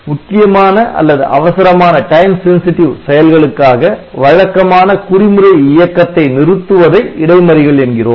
முக்கியமான அல்லது அவசரமான செயல்களுக்காக வழக்கமான குறி முறை இயக்கத்தை நிறுத்துவதை இடைமறிகள் என்கிறோம்